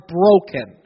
broken